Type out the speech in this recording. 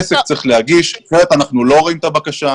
עסק צריך להגיש כי אחרת אנחנו לא רואים את הבקשה,